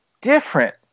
different